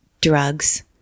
drugs